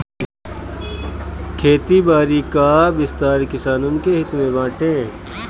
खेती बारी कअ विस्तार किसानन के हित में बाटे